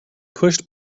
pushed